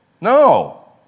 No